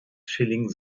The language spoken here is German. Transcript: schilling